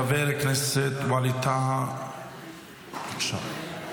חבר הכנסת ווליד טאהא, בבקשה.